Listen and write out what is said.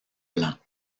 blanc